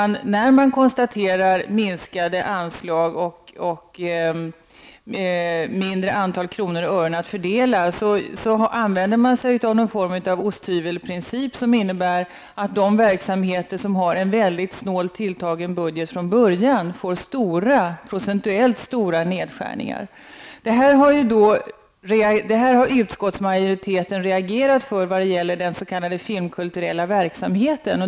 När man konstaterar minskade anslag och därmed ett mindre antal kronor och ören att fördela använder man sig av något slags osthyvelsprincip, som innebär att de verksamheter som från början har en mycket snålt tilltagen budget får procentuellt stora nedskärningar. Detta har utskottsmajoriteten reagerat mot när det gäller den s.k. filmkulturella verksamheten.